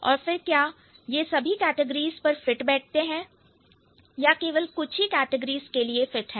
और फिर क्या यह सभी कैटिगरीज पर फिट बैठते हैं या केवल कुछ ही कैटिगरीज के लिए फिट हैं